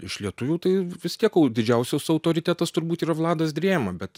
iš lietuvių tai vis tiek didžiausias autoritetas turbūt yra vladas drėma bet